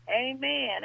Amen